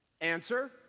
Answer